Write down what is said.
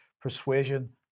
persuasion